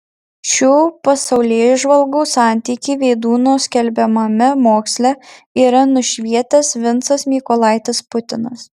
šių pasaulėžvalgų santykį vydūno skelbiamame moksle yra nušvietęs vincas mykolaitis putinas